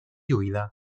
huida